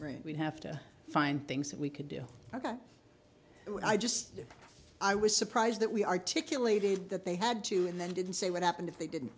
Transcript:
or we'd have to find things that we could do ok i just i was surprised that we articulated that they had to and then didn't say what happened if they didn't